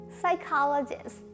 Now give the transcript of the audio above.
Psychologist